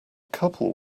couple